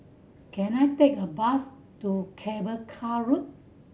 can I take a bus to Cable Car Road